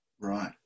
Right